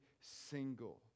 single